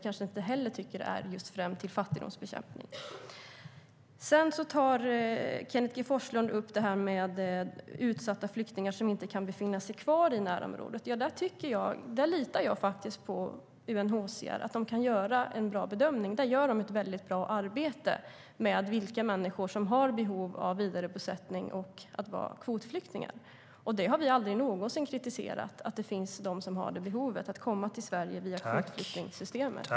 Det går ju inte främst till fattigdomsbekämpning. Kenneth G Forslund tog upp detta med utsatta flyktingar som inte kan vara kvar i närområdet. Där litar jag på att UNHCR kan göra en bra bedömning. UNHCR gör ett väldigt bra arbete med de människor som har behov av vidarebosättning och av att vara kvotflyktingar. Vi har aldrig någonsin kritiserat att det finns de som har behov av att komma till Sverige via kvotflyktingsystemet.